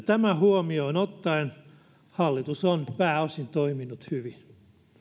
tämä huomioon ottaen hallitus on pääosin toiminut hyvin